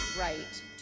right